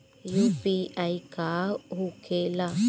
UPI का होके ला?